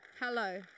hello